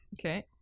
okay